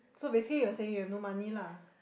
so basically you are saying you have no money lah